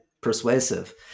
persuasive